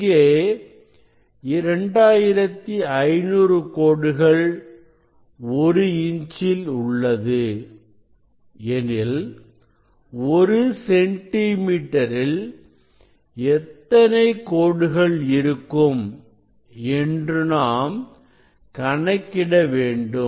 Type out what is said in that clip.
இங்கே 2500 கோடுகள் ஒரு இன்ச்சில் உள்ளது எனில் ஒரு சென்டி மீட்டரில் எத்தனை கோடுகள் இருக்கும் என்று நாம் கணக்கிட வேண்டும்